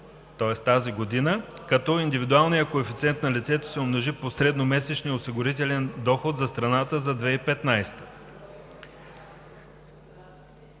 тази година, като индивидуалният коефициент на лицето се умножи по средномесечния осигурителен доход за страната за 2015